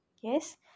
yes